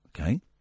Okay